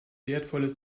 wertvolle